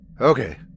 Okay